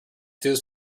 through